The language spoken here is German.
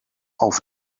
auf